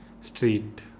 Street